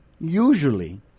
usually